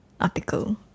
article